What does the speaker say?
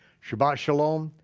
shabbat shalom,